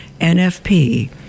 nfp